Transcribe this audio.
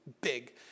big